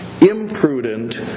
imprudent